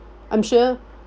I'm sure